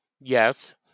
yes